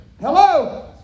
Hello